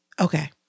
Okay